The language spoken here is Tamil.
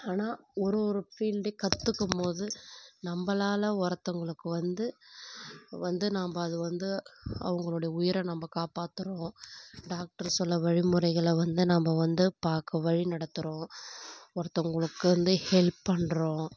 ஆனால் ஒரு ஒரு ஃபீல்டு கற்றுக்கும் போது நம்மளால ஒருத்தங்களுக்கு வந்து வந்து நாம்ம அது வந்து அவங்களோட உயிரை நம்ம காப்பாற்றுறோம் டாக்டர் சொன்ன வழிமுறைகளை வந்து நம்ம வந்து பார்க்க வழி நடத்துகிறோம் ஒருத்தங்களுக்கு வந்து ஹெல்ப் பண்றோம்